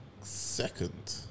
second